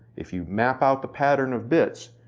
if you map out the pattern of bits,